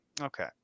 Okay